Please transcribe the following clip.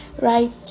right